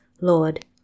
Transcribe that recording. Lord